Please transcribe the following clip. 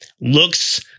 looks